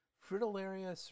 Fritillaria